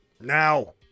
Now